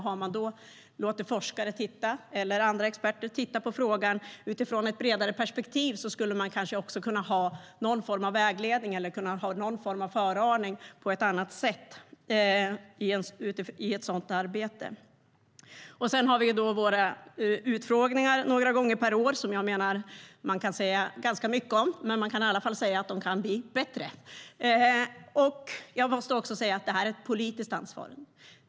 Om man låter forskare eller andra experter titta på frågan utifrån ett bredare perspektiv skulle man i ett sådant arbete kanske också kunna ha någon annan sorts vägledning eller föraning. Vi har våra utfrågningar några gånger per år. Man kan säga mycket om dem. Men man kan i alla fall säga att de kan bli bättre. Jag måste också säga att det här är ett politiskt ansvar.